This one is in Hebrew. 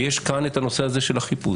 יש כאן את הנושא הזה של החיפוש.